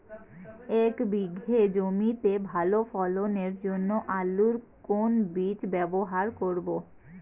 এক বিঘে জমিতে ভালো ফলনের জন্য আলুর কোন বীজ ব্যবহার করব?